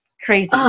Crazy